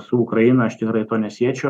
su ukraina aš tikrai to nesiečiau